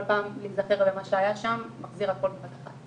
כל פעם להיזכר במה שהיה שם מחזיר הכול מחדש.